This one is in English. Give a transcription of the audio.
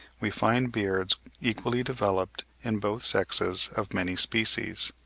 we find beards equally developed in both sexes of many species,